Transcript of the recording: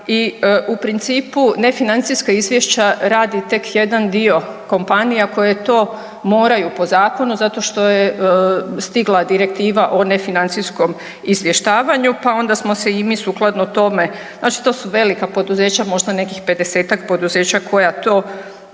I u principu nefinancijska izvješća radi tek jedan dio kompanija koje to moraju po zakonu zato što je stigla direktiva o nefinancijskom izvještavanju pa onda smo se i mi sukladno tome, znači to su velika poduzeća možda nekih 50-tak poduzeća koja to rade.